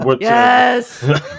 Yes